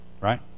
right